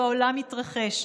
בעולם יתרחש.